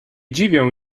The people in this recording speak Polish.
dziwią